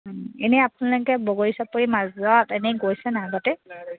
এনেই আপোনালোকে বগৰী চাপৰি মাজত এনেই গৈছেনে আগতে